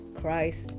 Christ